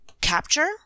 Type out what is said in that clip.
capture